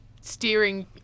steering